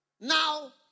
Now